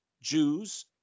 Jews